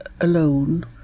alone